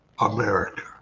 america